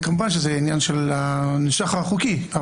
כמובן זה עניין של הניסוח החוקי.